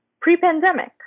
pre-pandemic